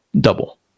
double